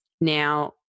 Now